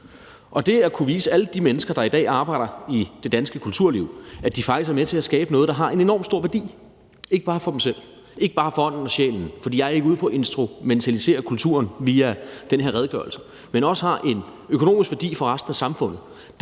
fællesskab. Alle de mennesker, der i dag arbejder i det danske kulturliv, viser vi, at de faktisk er med til at skabe noget, der har en enormt stor værdi, ikke bare for dem selv, ikke bare for ånden og sjælen, for jeg er ikke ude på at instrumentalisere kulturen via den her redegørelse, men også har en økonomisk værdi for resten af samfundet,